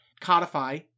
codify